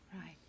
Right